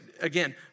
again